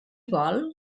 vol